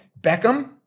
Beckham